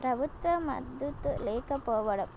ప్రభుత్వ మద్దతు లేకపోవడం